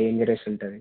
danger ఉంటుంది